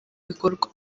bikorwa